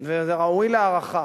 וזה ראוי להערכה.